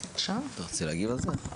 אתה רוצה להגיב על זה?